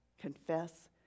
confess